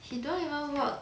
he don't even work